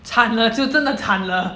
惨了就真的惨了